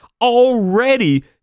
already